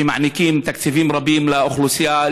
שמעניקים תקציבים רבים לאוכלוסייה,